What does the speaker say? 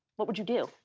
what would you do?